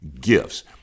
gifts